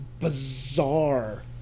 bizarre